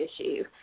issue